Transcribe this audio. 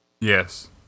Yes